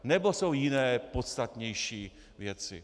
Nebo jsou jiné, podstatnější věci?